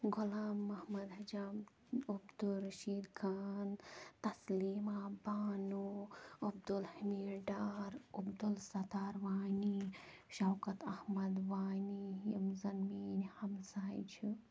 غلام محمد ہجام عبدالرشیٖد خان تسلیٖما بانَو عبدالحمیٖد ڈار عبدالستار وانی شوکَت احمد وانی یِم زَن میٛٲنۍ ہمسایہِ چھِ